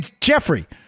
jeffrey